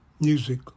music